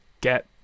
get